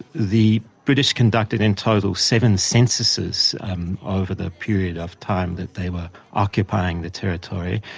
the british conducted in total seven censuses over the period of time that they were occupying the territory,